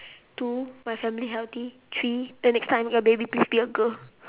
two my family healthy three the next time your baby please be a girl